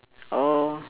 oh